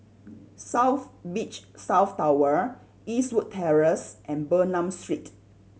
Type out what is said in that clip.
South Beach South Tower Eastwood Terrace and Bernam Street